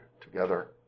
together